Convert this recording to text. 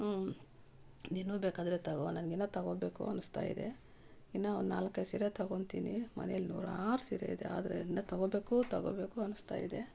ನೀನು ಬೇಕಾದರೆ ತಗೋ ನನ್ಗಿನ್ನು ತಗೊಬೇಕು ಅನಿಸ್ತಾಯಿದೆ ಇನ್ನು ಒಂದು ನಾಲ್ಕೈದು ಸೀರೆ ತಗೊತಿನಿ ಮನೇಲಿ ನೂರಾರು ಸೀರೆ ಇದೆ ಆದರೆ ಎಲ್ಲ ತಗೊಬೇಕು ತಗೊಬೇಕು ಅನಿಸ್ತಾಯಿದೆ